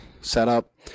setup